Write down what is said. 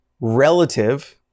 relative